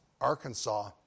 Arkansas